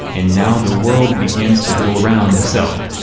and now the world begins to go around the self.